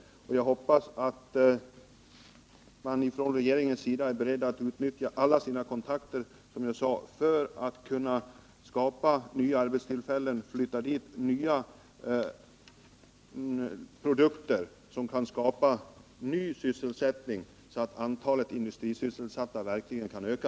Som jag sade hoppas jag att regeringen är beredd att utnyttja alla sina kontakter för att skapa nya arbetstillfällen genom att till kommunen flytta nya tillverkningar, så att antalet industrisysselsatta verkligen kan öka.